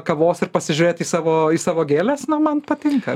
kavos ir pasižiūrėt į savo į savo gėles man patinka